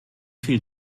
viel